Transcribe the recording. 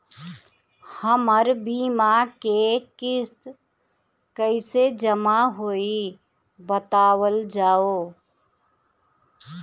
हमर बीमा के किस्त कइसे जमा होई बतावल जाओ?